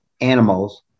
animals